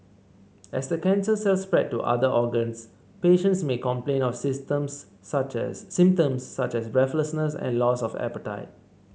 as the cancer cells spread to other organs patients may complain of symptoms such as such as breathlessness and loss of appetite